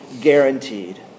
guaranteed